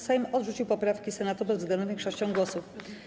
Sejm odrzucił poprawki Senatu bezwzględną większością głosów.